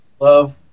love